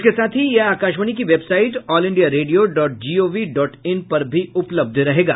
इसके साथ ही यह आकाशवाणी की website all India radio dot gov dot in पर भी उपलब्ध रहेगा